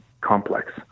complex